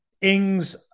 Ings